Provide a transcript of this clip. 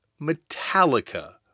Metallica